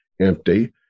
empty